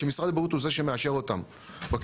שמשרד הבריאות הוא זה שמאשר אותם בכניסה.